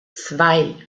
zwei